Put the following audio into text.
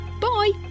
Bye